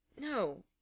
No